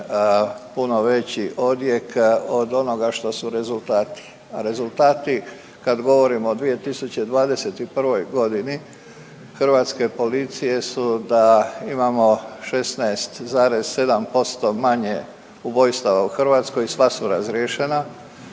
puno veći odjek od onoga što su rezultati, a rezultati kad govorimo o 2021.g. hrvatske policije su da imamo 16,7% manje ubojstava u Hrvatskoj, sva su razriješena,